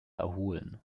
erholen